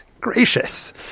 Gracious